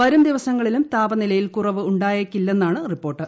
വരും ദിവസങ്ങളിലും താപനിലയിൽ കുറവ് ഉണ്ടായേക്കില്ലെന്നാണ് റിപ്പോർട്ട്